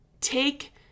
take